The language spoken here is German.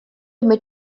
mit